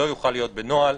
לא יוכל להיות בנוהל,